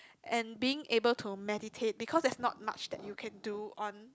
and being able to meditate because there's not much that you can do on